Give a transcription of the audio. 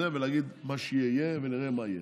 ונגיד: מה שיהיה יהיה, נראה מה יהיה,